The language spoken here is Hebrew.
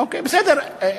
אוקיי, בסדר.